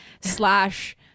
slash